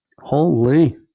Holy